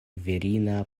virina